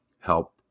help